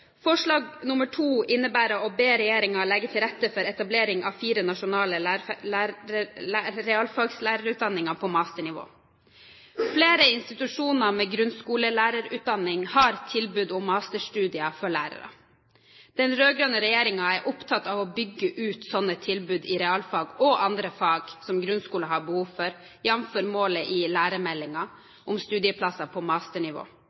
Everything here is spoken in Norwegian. Forslag II innebærer å be regjeringen legge til rette for etablering av fire nasjonale realfagslærerutdanninger på masternivå. Flere institusjoner med grunnskolelærerutdanning har tilbud om masterstudier for lærere. Den rød-grønne regjeringen er opptatt av å bygge ut slike tilbud i realfag og andre fag som grunnskolen har behov for, jf. målet i lærermeldingen – om studieplasser på masternivå.